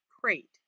crate